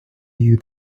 you